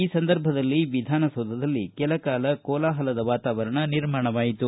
ಈ ಸಂದರ್ಭದಲ್ಲಿ ವಿಧಾನಸೌಧದಲ್ಲಿ ಕೆಲ ಕಾಲ ಕೋಲಾಹಲದ ವಾತಾವರಣ ನಿರ್ಮಾಣವಾಯಿತು